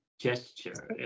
gesture